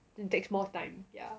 it takes more time ya